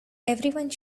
everyone